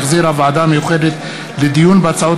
שהחזירה הוועדה המיוחדת לדיון בהצעת